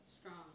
strong